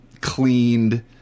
cleaned